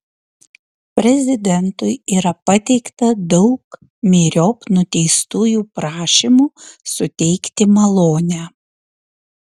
prezidentui yra pateikta daug myriop nuteistųjų prašymų suteikti malonę